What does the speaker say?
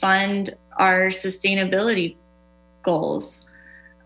fund our sustainability goals